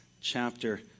chapter